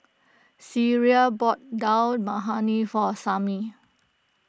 Sierra bought Dal Makhani for Samie